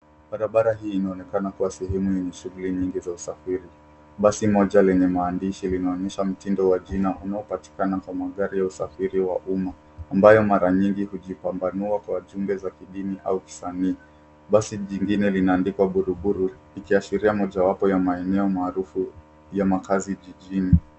Barabara hii inaonekana kuwa sehemu yenye shughuli nyingi za usafiri. Basi moja lenye maandishi linaonyesha mtindo wa jina unaopatikana kwa magari ya usafiri wa umma ambayo mara nyingi hujipambanua kwa jumbe za kidini au kisanii. Basi jingine linaandikwa Buruburu likiashiria mojawapo ya maeneo maarufu ya makazi jijini.